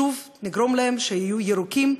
שוב נגרום להם שיהיו ירוקים,